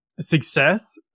success